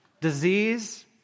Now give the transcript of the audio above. disease